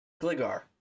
Gligar